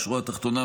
בשורה התחתונה,